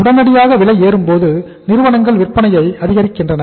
உடனடியாக விலை ஏறும்போது நிறுவனங்கள் விற்பனையை அதிகரிக்கின்றன